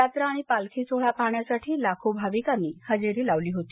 यात्रा आणि पालखी सोहळा पाहण्यासाठी लाखो भाविकांनी हजेरी लावली होती